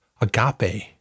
agape